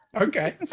Okay